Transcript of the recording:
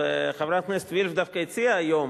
חברת הכנסת וילף דווקא הציעה היום,